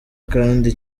kandi